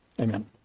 Amen